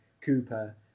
Cooper